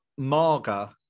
Marga